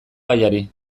gaiari